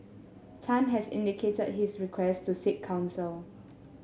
Tan has indicated his request to seek counsel